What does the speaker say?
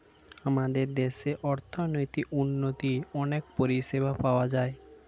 আমাদের দেশে অর্থনৈতিক উন্নতির অনেক পরিষেবা পাওয়া যায়